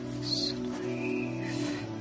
slave